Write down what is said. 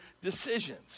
decisions